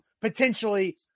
potentially